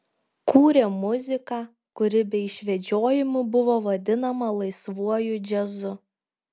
kūrė muziką kuri be išvedžiojimų buvo vadinama laisvuoju džiazu